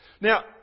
Now